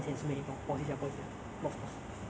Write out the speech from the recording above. single alone no friends